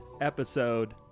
episode